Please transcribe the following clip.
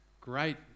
great